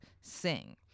sing